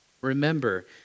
Remember